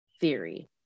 theory